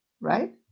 right